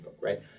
right